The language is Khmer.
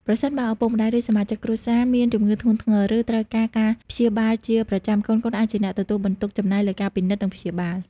ប្រសិនបើឪពុកម្ដាយ ឬសមាជិកគ្រួសារមានជំងឺធ្ងន់ធ្ងរ ឬត្រូវការការព្យាបាលជាប្រចាំ កូនៗអាចជាអ្នកទទួលបន្ទុកចំណាយលើការពិនិត្យនិងព្យាបាល។